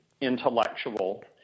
intellectual